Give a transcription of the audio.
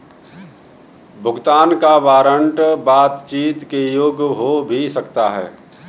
भुगतान का वारंट बातचीत के योग्य हो भी सकता है